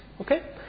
Okay